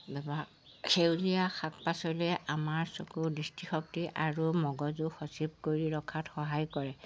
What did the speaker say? ব্যৱহাৰ সেউলীয়া শাক পাচলিয়ে আমাৰ চকুৰ দৃষ্টিশক্তি আৰু মগজু সজীৱ কৰি ৰখাত সহায় কৰে